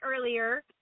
earlier